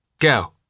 Go